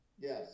Yes